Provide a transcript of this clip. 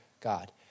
God